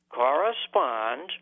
correspond